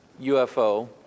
UFO